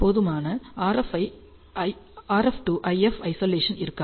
போதுமான RF to IF isolation இருக்காது